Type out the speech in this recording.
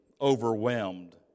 overwhelmed